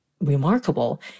remarkable